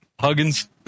Huggins